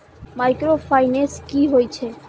Micro finance कि होई छै?